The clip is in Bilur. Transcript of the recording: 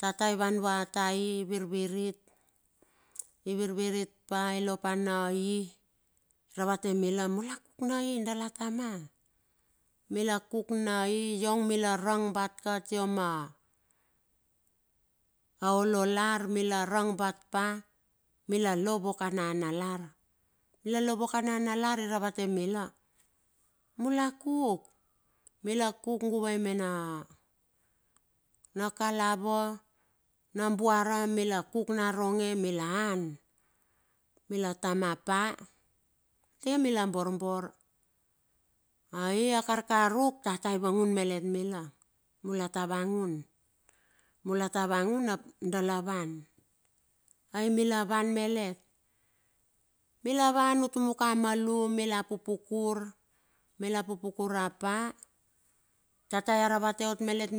Tata i van vua tai, e virvirit, ivirvirit pa ilopa na hi ravate mila, mula kuk na hi dala tama. Mila kuk na i iong mila rang bat ka tia ma ololar mila rang bat pa, mila lo vok nanalar. Mila lo voka nanalar i ravate mila, mula kuk, mila kuk guvai me na kalava na buara mila kuk naronge mila an. Mila tama pa mitinge mila borbor. Ai a kakaruk tata i vangun malet mila, mula tavangun mula tavangun ap dala wan. Ai mila van ma let, mila van utumaka malum mila pupukur, mila pupukur rap pa tata ia ravate ot mila